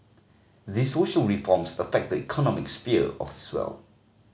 these social reforms affect the economic sphere as well